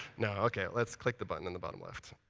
no, ok. let's click the button in the bottom left.